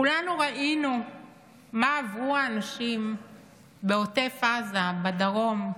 כולנו ראינו מה עברו האנשים בעוטף עזה, בדרום,